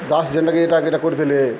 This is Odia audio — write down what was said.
ଦାସ୍ ଜେନ୍ଟାକି ଇଟା ଇଟା କରିଥିଲେ